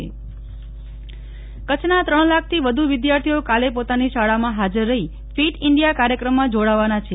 Nehal Thakkar Kutch fit India કચ્છના ત્રણ લાખથી વધુ વિદ્યાર્થીઓ કાલે પોતાની શાળામાં હાજર રહી ફીટ ઈન્ડિયા કાર્યક્રમમાં જોડાવાના છે